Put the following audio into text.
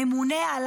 ממונה על